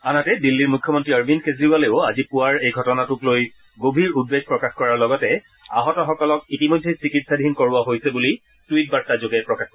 আনহাতে দিল্লী মুখ্যমন্ত্ৰী অৰবিন্দ কেজৰিৱালেও আজি পুৱাৰ এই ঘটনাটোক লৈ গভীৰ উদ্বেগ প্ৰকাশ কৰাৰ লগতে আহতসকলক ইতিমধ্যে চিকিৎসাধীন কৰোৱা হৈছে বুলি টুইট বাৰ্তা যোগে প্ৰকাশ কৰে